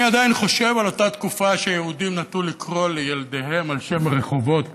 אני עדיין חושב על אותה תקופה שיהודים נטו לקרוא לילדיהם על שם רחובות,